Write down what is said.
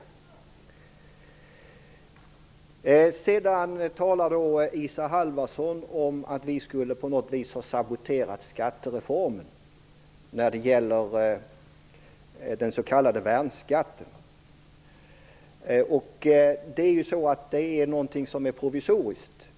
Isa Halvarsson talade om att vi på något vis skulle ha saboterat skattereformen när det gäller den s.k. värnskatten. Den är någonting som är provisoriskt.